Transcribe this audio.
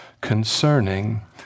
concerning